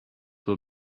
will